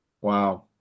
Wow